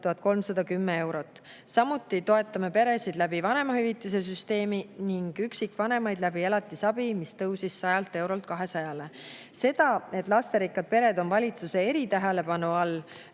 1310 eurot. Samuti toetame peresid vanemahüvitise süsteemi kaudu ning üksikvanemaid elatisabiga, mis tõusis 100 eurolt 200‑le. Seda, et lasterikkad pered on valitsuse eritähelepanu all,